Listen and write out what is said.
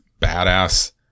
badass